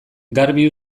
garbi